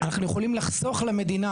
אנחנו יכולים לחסוך למדינה,